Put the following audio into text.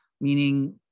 meaning